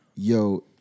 Yo